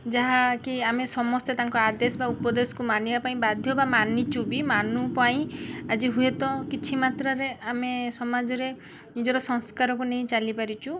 ଯାହା କି ଆମେ ସମସ୍ତେ ତାଙ୍କ ଆଦେଶ ବା ଉପଦେଶକୁ ମାନିବା ପାଇଁ ବାଧ୍ୟ ବା ମାନିଛୁ ବି ମାନୁ ପାଇଁ ଆଜି ହୁଏ ତ କିଛି ମାତ୍ରାରେ ଆମେ ସମାଜରେ ନିଜର ସଂସ୍କାରକୁ ନେଇ ଚାଲିପାରିଛୁ